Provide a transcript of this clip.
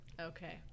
okay